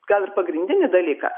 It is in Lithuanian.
gal ir pagrindinį dalyką